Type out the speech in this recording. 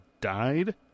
died